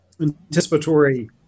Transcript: anticipatory